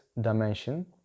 dimension